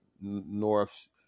North